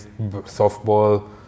softball